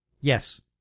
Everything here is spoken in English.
Yes